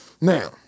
Now